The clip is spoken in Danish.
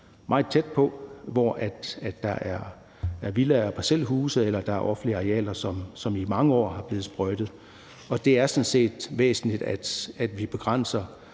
meget tæt på, hvor der er villaer og parcelhuse eller offentlige arealer, som i mange år er blevet sprøjtet. Det er væsentligt, at vi begrænser